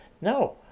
No